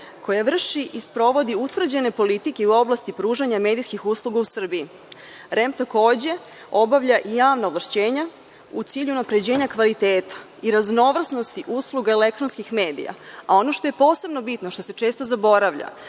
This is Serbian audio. koja vrši i sprovodi utvrđene politike u oblasti pružanja medijskih usluga u Srbiji. REM, takođe, obavlja i javna ovlašćenja u cilju unapređenja kvaliteta i raznovrsnosti usluga elektronskih medija, a ono što je posebno bitno, a što se često zaboravlja,